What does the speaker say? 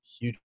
huge